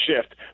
shift